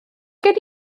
gen